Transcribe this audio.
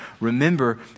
remember